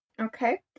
okay